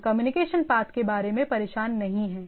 हम communication path के बारे में परेशान नहीं हैं